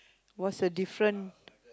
what's the different